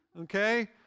Okay